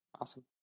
Awesome